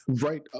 right